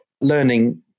learning